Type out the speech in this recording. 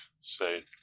say